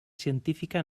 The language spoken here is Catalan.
científica